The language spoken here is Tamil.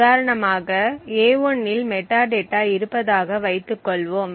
உதாரணமாக a1 இல் மெட்டாடேட்டா இருப்பதாக வைத்துக்கொள்வோம்